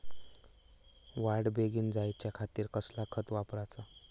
वाढ बेगीन जायच्या खातीर कसला खत वापराचा?